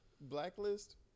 Blacklist